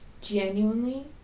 genuinely